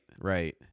right